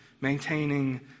maintaining